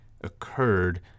occurred